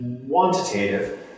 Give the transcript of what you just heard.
Quantitative